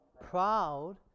Proud